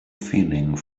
feeling